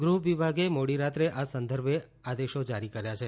ગુહ્ વિભાગે મોડી રાત્રે આ સંદર્ભે આદેશો જારી કર્યા છે